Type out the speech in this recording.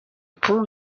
pont